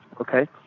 Okay